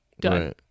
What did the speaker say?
done